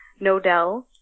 Nodell